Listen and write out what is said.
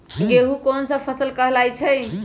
गेहूँ कोन सा फसल कहलाई छई?